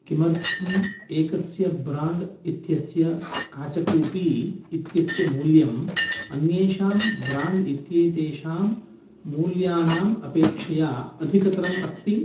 किमर्थम् एकस्य ब्राण्ड् इत्यस्य काचकूपी इत्यस्य मूल्यम् अन्येषां ब्राण्ड् इत्येतेषां मूल्यानाम् अपेक्षया अधिकतरम् अस्ति